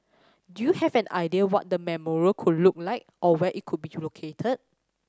do you have an idea what the memorial could look like or where it could be located